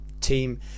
team